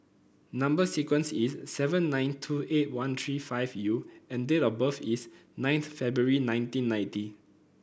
number sequence is S seven nine two eight one three five U and date of birth is ninth February nineteen ninety